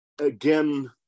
again